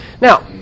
Now